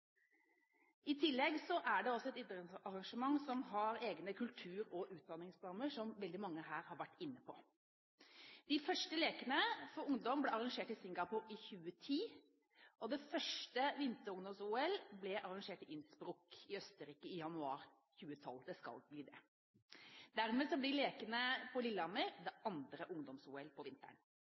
I tillegg er det også et idrettsarrangement som har egne kultur- og utdanningsprogrammer, som veldig mange her har vært inne på. De første lekene for ungdom ble arrangert i Singapore i 2010, og det første vinter-ungdoms-OL blir arrangert i Innsbruck i Østerrike i januar 2012. Dermed blir lekene på Lillehammer det andre ungdoms-OL på vinteren.